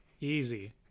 Easy